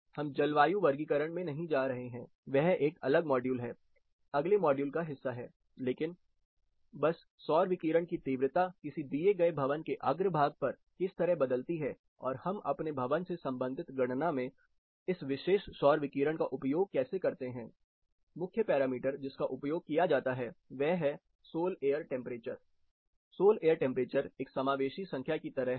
हम जलवायु वर्गीकरण में नहीं जा रहे हैं वह एक अलग मॉड्यूल है अगले मॉड्यूल का हिस्सा है लेकिन बस सौर विकिरण की तीव्रता किसी दिए गए भवन के अग्रभाग पर किस तरह बदलती है और हम अपने भवन से संबंधित गणना में इस विशेष सौर विकिरण का उपयोग कैसे करते हैं मुख्य पैरामीटर जिसका उपयोग किया जाता है वह है sol air temperature sol air temperature एक समावेशी संख्या की तरह है